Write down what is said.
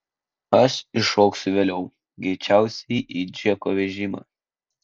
aš įšoksiu vėliau greičiausiai į džeko vežimą